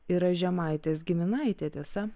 yra žemaitės giminaitė tiesa